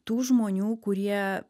tų žmonių kurie